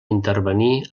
intervenir